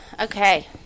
Okay